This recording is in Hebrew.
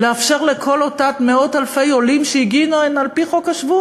לאפשר לכל אותם מאות אלפי עולים שהגיעו הנה על-פי חוק השבות,